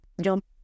jump